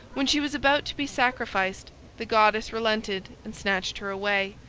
when she was about to be sacrificed the goddess relented and snatched her away,